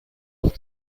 auf